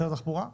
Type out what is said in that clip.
משרד התחבורה?